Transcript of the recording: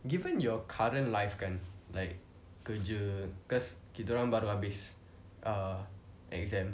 given your current life kan like kerja cause kita orang baru habis err exam